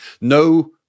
no